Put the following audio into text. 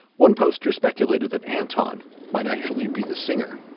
one poster speculated that anton might actually be the singer.